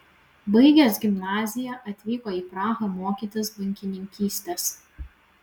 baigęs gimnaziją atvyko į prahą mokytis bankininkystės